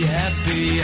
happy